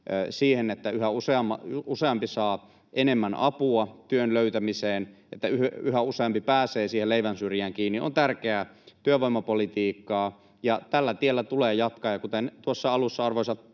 siihen, että yhä useampi saa enemmän apua työn löytämiseen ja että yhä useampi pääsee siihen leivän syrjään kiinni, on tärkeää työvoimapolitiikkaa, ja tällä tiellä tulee jatkaa. Kuten tuossa alussa, arvoisa